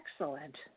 excellent